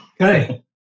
Okay